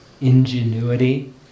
ingenuity